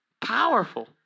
Powerful